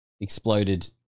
exploded